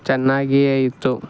ಚೆನ್ನಾಗಿಯೇ ಇತ್ತು